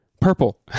purple